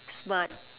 smart